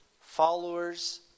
followers